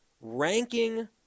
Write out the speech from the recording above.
ranking